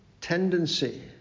tendency